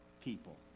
people